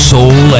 Soul